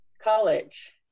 college